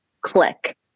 Click